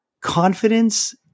confidence